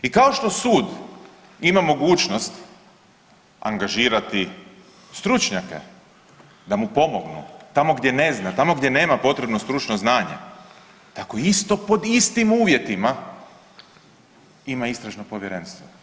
I kao što sud ima mogućnost angažirati stručnjake da mu pomognu tamo gdje ne zna, tamo gdje nema potrebno stručno znanje tako isto pod istim uvjetima ima Istražno povjerenstvo.